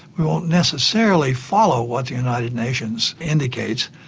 we won't necessarily follow what united nations indicates,